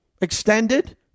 extended